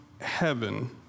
heaven